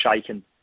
shaken